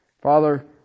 Father